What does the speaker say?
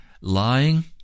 lying